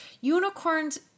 unicorns